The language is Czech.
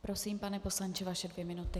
Prosím, pane poslanče, vaše dvě minuty.